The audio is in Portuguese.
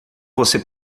você